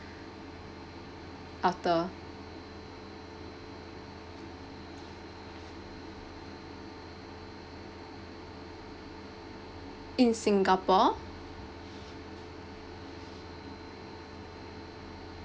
after in singapore